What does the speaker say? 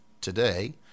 today